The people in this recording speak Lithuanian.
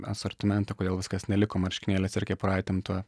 asortimentą kodėl viskas neliko marškinėliais ir kepuraitėm tuo